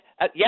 Yes